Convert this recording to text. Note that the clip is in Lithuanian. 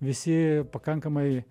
visi pakankamai